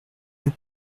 vous